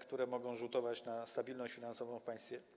które mogą rzutować na stabilność finansową w państwie.